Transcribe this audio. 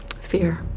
fear